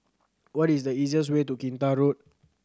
what is the easiest way to Kinta Road